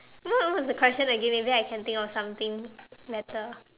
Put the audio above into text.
what what was the question again maybe I can think about something better